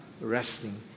resting